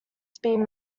speed